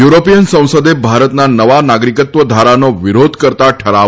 European સંસદે ભારતના નવા નાગરીકત્વ ધારાનો વિરોધ કરતાં ઠરાવ